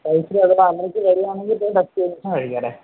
കഴിച്ച് വേദന